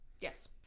Yes